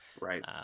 Right